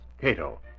Cato